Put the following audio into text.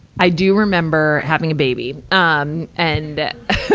i do remember having a baby, um, and,